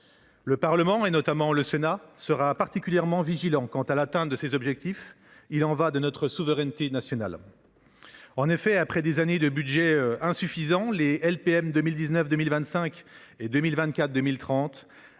Le Parlement, notamment le Sénat, sera particulièrement vigilant quant à l’atteinte de ces objectifs. Il y va de notre souveraineté nationale. Après des années de budgets insuffisants, les lois de